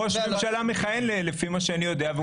הוא ראש ממשלה מכהן, לפי מה שאני יודע.